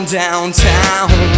downtown